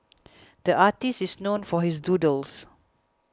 the artist is known for his doodles